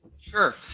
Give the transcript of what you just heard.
Sure